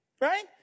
right